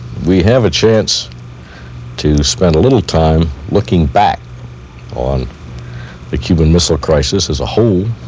we have a chance to spend a little time looking back on the cuban missile crisis as a whole